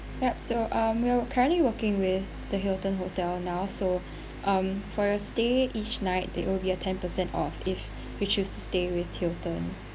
yup so um we're currently working with the hilton hotel now so um for your stay each night there will be a ten percent off if you choose to stay with hilton